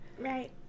Right